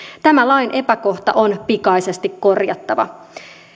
tämä lain epäkohta on pikaisesti korjattava